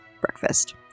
breakfast